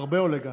הרבה עולה גן.